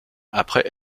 après